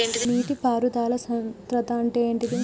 నీటి పారుదల సంద్రతా అంటే ఏంటిది?